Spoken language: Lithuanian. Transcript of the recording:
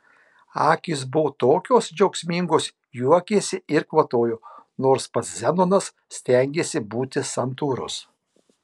akys buvo tokios džiaugsmingos juokėsi ir kvatojo nors pats zenonas stengėsi būti santūrus